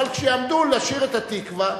אבל כשעמדו לשיר את "התקווה",